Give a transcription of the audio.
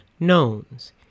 knowns